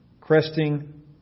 cresting